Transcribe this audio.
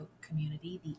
community